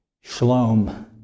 shalom